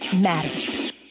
matters